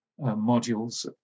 modules